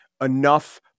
enough